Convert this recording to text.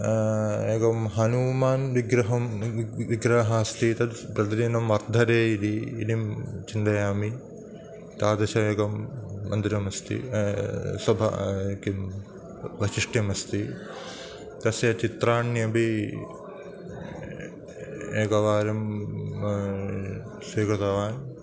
एकं हनुमान् विग्रहं विग् विग् विग्रहमस्ति तत् प्रतिदिनं वर्धते इति इति चिन्तयामि तादृशं एकं मन्दिरमस्ति स्वभावः किं वैशिष्ट्यमस्ति तस्य चित्राण्यपि एकवारं स्वीकृतवान्